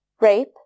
rape